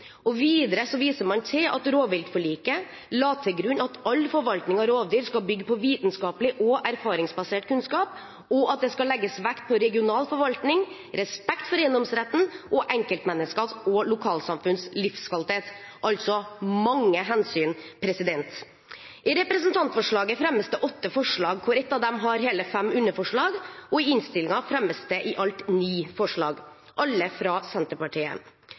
viser man til at rovviltforliket la til grunn følgende: «All forvaltning av rovdyr skal bygge på vitenskapelig og erfaringsbasert kunnskap. Videre skal det legges vekt på regional forvaltning, respekt for eiendomsretten, og enkeltmenneskers og lokalsamfunns livskvalitet.» Det er altså mange hensyn. I representantforslaget fremmes det åtte punktforslag, hvorav ett har hele fem underpunkter. I innstillingen fremmes det i alt ni forslag – alle fra Senterpartiet.